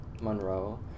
monroe